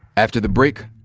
after the break,